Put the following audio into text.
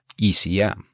ECM